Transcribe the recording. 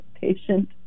patient